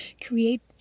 create